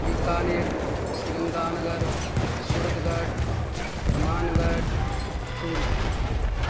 Bikaner Sriganganagar Suratgarh Mangarh Churu